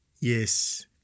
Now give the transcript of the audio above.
Yes